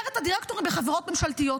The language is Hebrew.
נבחרת הדירקטורים בחברות ממשלתיות.